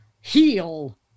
heal